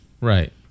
Right